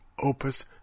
Opus